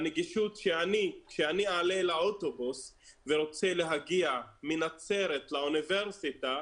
הנגישות היא שאני אעלה לאוטובוס ורוצה להגיע מנצרת לאוניברסיטה,